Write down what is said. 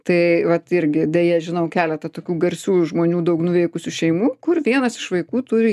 tai vat irgi deja žinau keletą tokių garsių žmonių daug nuveikusių šeimų kur vienas iš vaikų turi